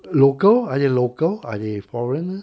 local are they local or are they foreigner